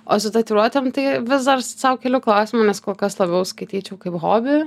o su tatuiruotėm tai vis dar sau keliu klausimą nes kol kas labiau skaityčiau kaip hobį